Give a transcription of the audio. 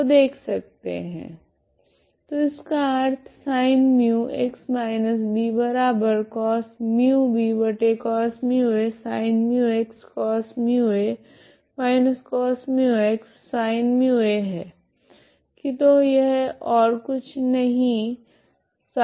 तो इसका अर्थ है की तो यह ओर कुछ नहीं है